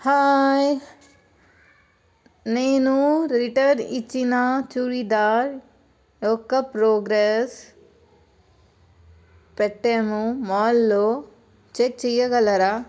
hi నేను return ఇచ్చిన చురిదార్ యొక్క ప్రోగ్రెస్ పెట్టాము మాల్లో చెక్ చేయగలరా